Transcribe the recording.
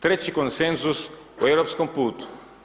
Treći konsenzus o europskom putu.